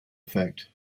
effect